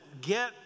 Get